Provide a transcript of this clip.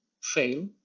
fail